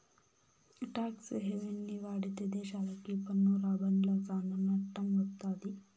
talks హెవెన్ని వాడితే దేశాలకి పన్ను రాబడ్ల సానా నట్టం వత్తది